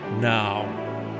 Now